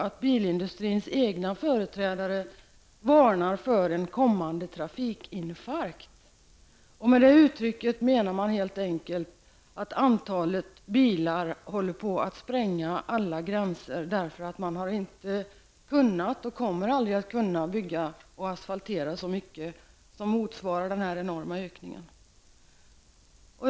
Bilindustrins egna företrädare varnar t.o.m. för en kommande ''trafikinfarkt''. Med det uttrycket menar man helt enkelt att antalet bilar håller på att spränga alla gränser, så att man aldrig kommer att kunna bygga och asfaltera så många vägar som motsvarar denna enorma utveckling.